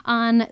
on